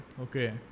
Okay